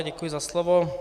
Děkuji za slovo.